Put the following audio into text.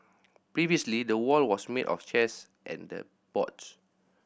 previously the wall was made of chairs and and boards